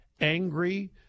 angry